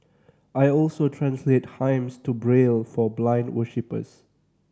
I also translate hymns to Braille for blind worshippers